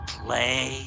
play